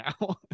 now